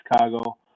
Chicago